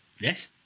Yes